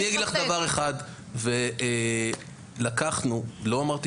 אני אגיד לך דבר אחד: לקחנו לא אמרתי